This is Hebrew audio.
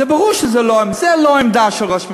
ברור שזאת לא העמדה של ראש הממשלה.